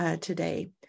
today